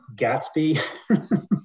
Gatsby